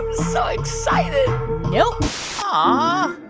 so excited nope ah